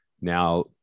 now